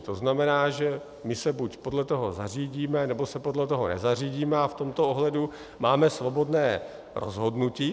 To znamená, že my se buď podle toho zařídíme, nebo se podle toho nezařídíme a v tomto ohledu máme svobodné rozhodnutí.